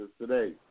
today